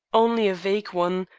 only a vague one.